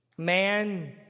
Man